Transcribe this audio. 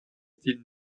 style